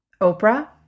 Oprah